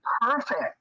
perfect